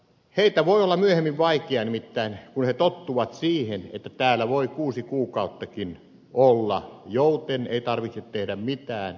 heitä voi olla myöhemmin vaikea motivoida työntekoon nimittäin kun he tottuvat siihen että täällä voi kuusikin kuukautta olla jouten ei tarvitse tehdä mitään